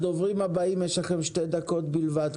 הדוברים הבאים, יש לכל אחד מכם שתי דקות בלבד.